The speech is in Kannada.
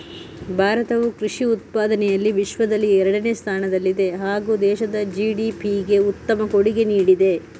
ಭಾರತವು ಕೃಷಿ ಉತ್ಪಾದನೆಯಲ್ಲಿ ವಿಶ್ವದಲ್ಲಿ ಎರಡನೇ ಸ್ಥಾನದಲ್ಲಿದೆ ಹಾಗೂ ದೇಶದ ಜಿ.ಡಿ.ಪಿಗೆ ಉತ್ತಮ ಕೊಡುಗೆ ನೀಡಿದೆ